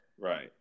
Right